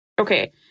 Okay